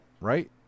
Right